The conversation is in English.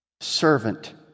servant